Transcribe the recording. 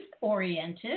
oriented